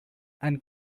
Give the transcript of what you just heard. and